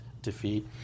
defeat